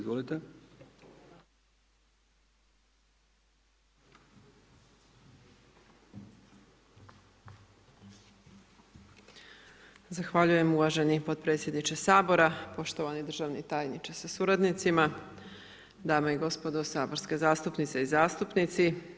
Zahvaljujem uvaženi potpredsjedniče Sabora, poštovani državni tajniče sa suradnicima, dame i gospodo saborske zastupnice i zastupnici.